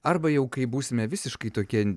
arba jau kai būsime visiškai tokie